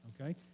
Okay